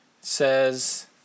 says